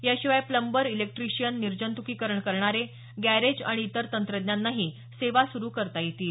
याशिवाय plumber electrician निर्जंतुकीकरण करणारे गॅरेज आणि इतर तंत्रज्ञांनाही सेवा सुरू करता येतील